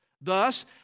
Thus